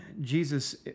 Jesus